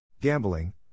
gambling